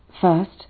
First